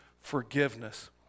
forgiveness